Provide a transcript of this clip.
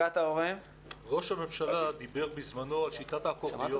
ראש הממשלה דיבר בזמנו על שיטת האקורדיון